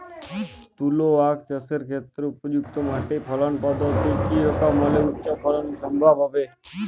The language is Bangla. তুলো আঁখ চাষের ক্ষেত্রে উপযুক্ত মাটি ফলন পদ্ধতি কী রকম হলে উচ্চ ফলন সম্ভব হবে?